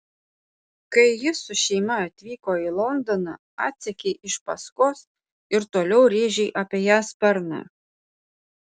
kai ji su šeima atvyko į londoną atsekei iš paskos ir toliau rėžei apie ją sparną